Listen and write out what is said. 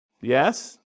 Yes